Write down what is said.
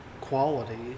quality